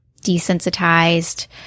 desensitized